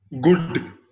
good